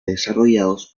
desarrollados